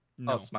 No